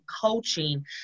coaching